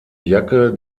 jacke